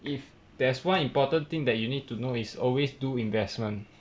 if there's one important thing that you need to know is always do investment